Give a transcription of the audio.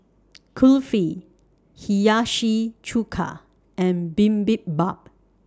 Kulfi Hiyashi Chuka and Bibimbap